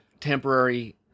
temporary